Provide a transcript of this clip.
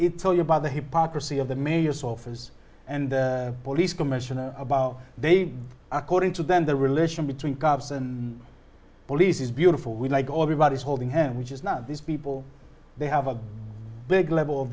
it tell you about the hypocrisy of the mayor's office and police commissioner about they according to them the relation between cops and police is beautiful we like all everybody is holding him which is not these people they have a big level of